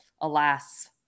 alas